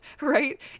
right